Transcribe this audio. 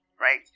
right